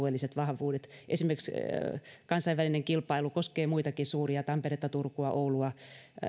ja alueelliset vahvuudet esimerkiksi kansainvälinen kilpailu koskee muitakin suuria tamperetta turkua oulua